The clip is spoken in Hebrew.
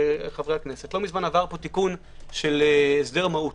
חברי הכנסת לא מזמן עבר פה תיקון של הסדר מהו"ת.